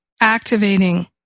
activating